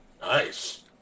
Nice